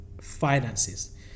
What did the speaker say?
finances